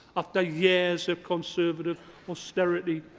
after years of conservative austerity.